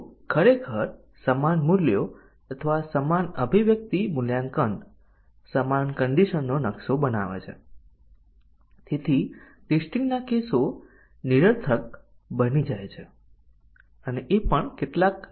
હવે ચાલો આ ઉદાહરણ લઈએ a એ 50 કરતા વધારે અથવા b 30 કરતા ઓછું